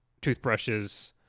toothbrushes